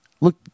look